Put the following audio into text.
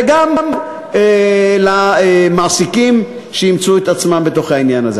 וגם למעסיקים שימצאו את עצמם בתוך העניין הזה.